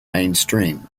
mainstream